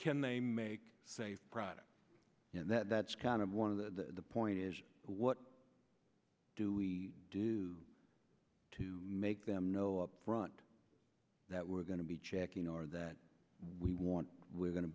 can they make safe product that's kind of one of the point is what do we do to make them know upfront that we're going to be checking or that we want we're going to